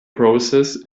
process